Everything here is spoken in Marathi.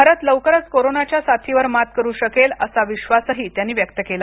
भारत लवकरच कोरोनाच्या साथीवर मात करु शकेल असा विश्वासही त्यांनी व्यक्त केला